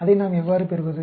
அதை நாம் எவ்வாறு பெறுவது